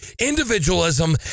individualism